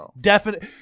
definite